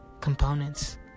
components